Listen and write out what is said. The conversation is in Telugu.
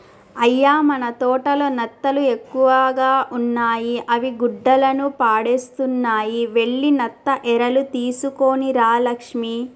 అయ్య మన తోటలో నత్తలు ఎక్కువగా ఉన్నాయి అవి గుడ్డలను పాడుసేస్తున్నాయి వెళ్లి నత్త ఎరలు తీసుకొని రా లక్ష్మి